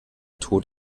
tod